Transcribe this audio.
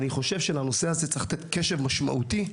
אני חושב שלנושא הזה צריך לתת קשב משמעותי,